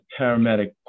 paramedic